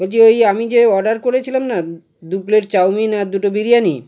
বলছি এই যে আমি যে অর্ডার করেছিলাম না দু প্লেট চাউমিন আর দুটো বিরিয়ানি